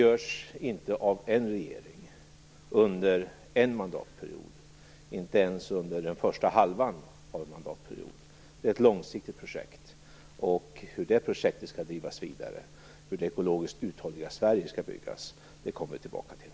Det görs inte av en regering under en mandatperiod, inte heller under den första halvan av en mandatperiod. Det är ett långsiktigt projekt, och hur det skall drivas vidare och hur det ekologiskt uthålliga Sverige skall byggas kommer vi tillbaka till.